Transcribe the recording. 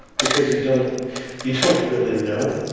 because you don't you don't really know.